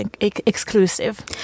exclusive